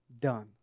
done